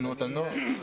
תנועות הנוער?